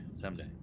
someday